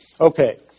Okay